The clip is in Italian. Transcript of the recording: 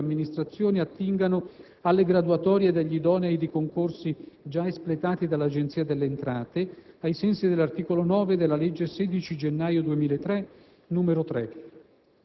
non sono obbligate a procedere allo scorrimento di una graduatoria concorsuale ancora efficace, ma - nell'esercizio del proprio potere discrezionale - possono decidere di bandire un nuovo concorso.